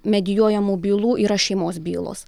medijuojamų bylų yra šeimos bylos